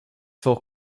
for